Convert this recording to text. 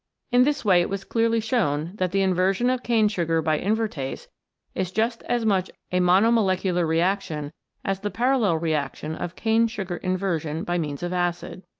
in this way it was clearly shown that the inversion of cane-sugar by invertase is just as much a monomolecular reaction as the parallel reaction of cane-sugar inversion by means of acid.